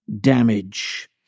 damage